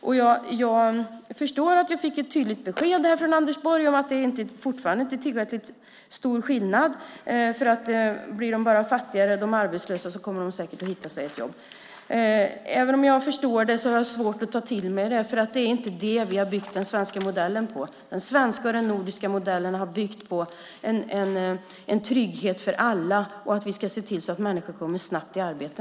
Jag förstår att jag fick ett tydligt besked från Anders Borg om att det fortfarande inte är tillräckligt stor skillnad - blir de arbetslösa bara fattigare kommer de säkert att hitta ett jobb. Även om jag förstår det har jag svårt att ta till mig det, för det är inte det som vi har byggt den svenska modellen på. Den svenska och den nordiska modellen har byggt på en trygghet för alla och på att vi ska se till att människor snabbt kommer i arbete.